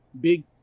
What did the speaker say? big